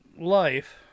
life